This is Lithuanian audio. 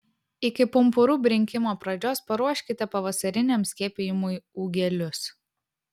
iki pumpurų brinkimo pradžios paruoškite pavasariniam skiepijimui ūgelius